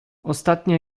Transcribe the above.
ostatnio